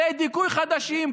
כלי דיכוי חדשים,